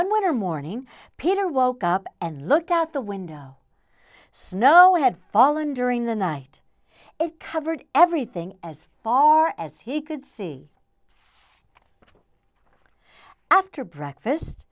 winter morning peter woke up and looked out the window snow had fallen during the night it covered everything as far as he could see after breakfast